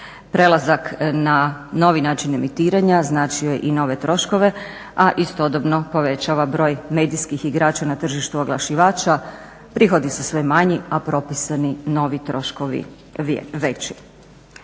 Prelazak na novi način emitiranja značio je i nove troškove, a istodobno povećava broj medijskih igrača na tržištu oglašivača, prihodi su sve manji, a propisani novi troškovi veći.